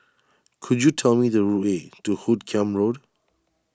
could you tell me the way to Hoot Kiam Road